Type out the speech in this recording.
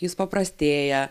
jis paprastėja